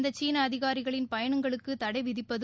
இந்த சீள அதிகாரிகளின் பயணங்களுக்கு தடை விதிப்பது